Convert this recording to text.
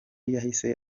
yahise